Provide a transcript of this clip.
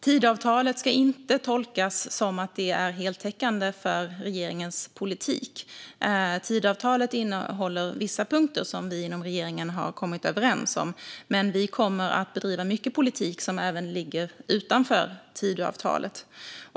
Tidöavtalet ska inte tolkas som heltäckande för regeringens politik. Tidöavtalet innehåller vissa punkter som vi inom regeringen har kommit överens om. Men vi kommer att bedriva mycket politik som även ligger utanför Tidöavtalet.